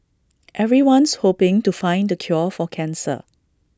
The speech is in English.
everyone's hoping to find the cure for cancer